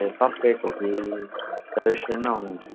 ए सब प्याक हो कि रेस्टुरेन्टमै आउनुहुन्छ